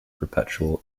perpetual